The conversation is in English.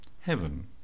heaven